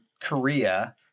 Korea